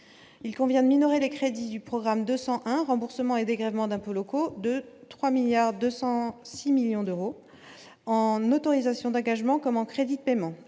il convient de minorer les crédits du programme 201 remboursements et dégrèvements d'impôts locaux de 3 milliards 206 millions d'euros en autorisation d'engagement comme en crédits de paiement,